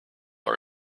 are